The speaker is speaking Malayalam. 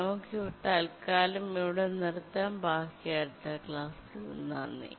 നമുക്ക് ഇവിടെ നിർത്താം ബാക്കി അടുത്ത ക്ലാസ്സിൽ നന്ദി